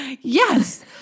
Yes